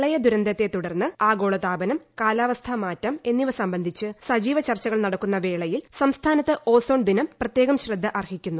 പ്രളയ ദുരന്തത്തെ തുടർന്ന് ആഗോള താപനം കാലാവസ്ഥാ മാറ്റം എന്നിവ സംബന്ധിച്ച് സജീവ ചർച്ചകൾ നടക്കുന്ന വേളയിൽ സംസ്ഥാനത്ത് ഓസോൺ ദിനം പ്രത്യേകം ശ്രദ്ധ അർഹിക്കുന്നു